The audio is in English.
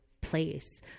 place